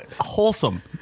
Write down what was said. wholesome